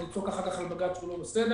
ועוד לצעוק אחר כך על בג"ץ שהוא לא בסדר,